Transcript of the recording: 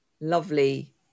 lovely